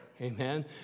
Amen